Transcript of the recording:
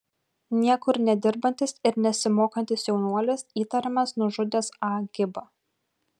niekur nedirbantis ir nesimokantis jaunuolis įtariamas nužudęs a gibą